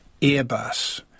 Airbus